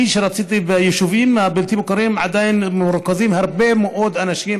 ביישובים הבלתי-מוכרים עדיין מרוכזים הרבה מאוד אנשים,